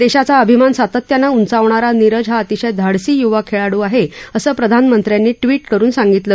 देशाचा अभिमान सातत्यानं उंचावणारा नीरज हा अतिशय धाडसी युवा खेळाडू आहे असं प्रधानमंत्र्यांनी ट्वीट करून सांगितलं